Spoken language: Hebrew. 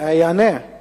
יענה על